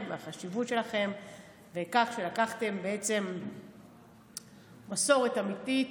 ומהחשיבות בכך שלקחתם בעצם מסורת אמיתית,